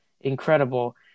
incredible